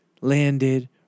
landed